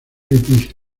british